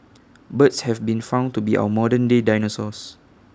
birds have been found to be our modern day dinosaurs